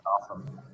awesome